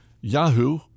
Yahoo